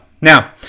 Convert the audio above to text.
Now